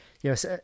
Yes